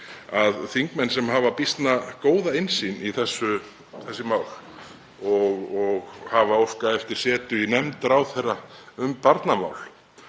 að þingmenn sem hafa býsna góða innsýn í þessi mál og hafa óskað eftir setu í nefnd ráðherra um barnamál